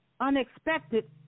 unexpected